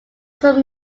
some